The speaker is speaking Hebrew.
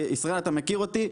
וישראל אתה מכיר אותי,